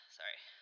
sorry